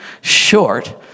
short